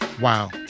Wow